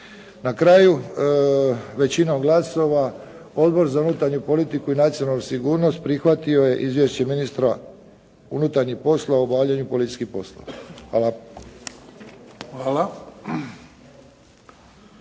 Na kraju većinom glasova Odbor za unutarnju politiku i nacionalnu sigurnost prihvatio je izvješće ministra unutarnjih poslova u obavljanju policijskih poslova. Hvala.